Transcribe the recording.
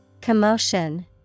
Commotion